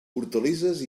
hortalisses